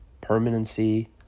permanency